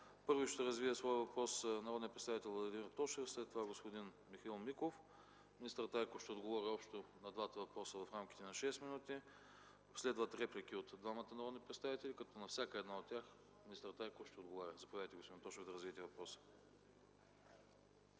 Първи ще развие своя въпрос народният представител Владимир Тошев, след това господин Михаил Миков. Министър Трайков ще отговори и на двата въпроса в рамките на 6 минути. Следват реплики от двамата народни представители, като на всяка една от тях министър Трайков ще отговаря. Заповядайте, господин Тошев, да развиете въпроса